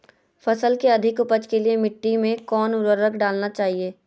फसल के अधिक उपज के लिए मिट्टी मे कौन उर्वरक डलना चाइए?